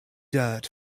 dirt